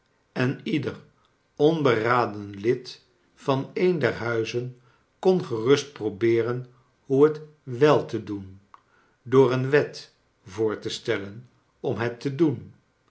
en ieder onberaden lid van een der huizen kon gerust probeeren hoe bet wel te doen door een wet voor te steljen om bet te doen